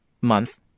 month